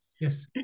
Yes